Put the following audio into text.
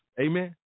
Amen